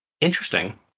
Interesting